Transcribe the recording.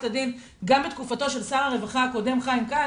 הדין גם בתקופתו של שר הרווחה הקודם חיים כץ,